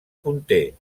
punter